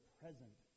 present